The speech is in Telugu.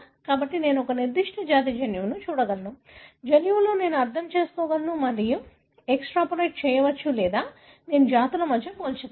కాబట్టి నేను ఒక నిర్దిష్ట జాతి జన్యువును చూడగలను జన్యువులో నేను అర్థం చేసుకోగలను మరియు ఎక్స్ట్రాపోలేట్ చేయవచ్చు లేదా నేను జాతుల మధ్య పోల్చగలను